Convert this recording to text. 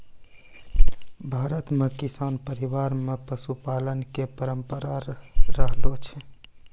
भारत मॅ किसान परिवार मॅ पशुपालन के परंपरा रहलो छै